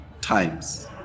times